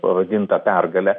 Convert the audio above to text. pavadintą pergale